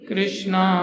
Krishna